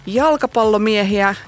jalkapallomiehiä